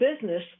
business